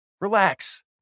Relax